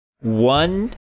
One